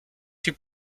die